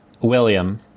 William